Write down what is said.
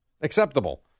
acceptable